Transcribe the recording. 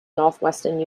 northwestern